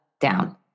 down